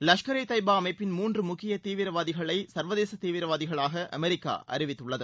லஷ்கர் இ தொய்பா அமைப்பின் மூன்று முக்கிய தீவிரவாதிகளை சர்வதேச தீவிரவாதிகளாக அமெரிக்கா அறிவித்துள்ளது